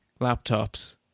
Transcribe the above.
laptops